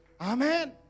Amen